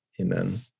Amen